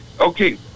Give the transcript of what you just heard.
okay